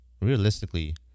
realistically